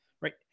right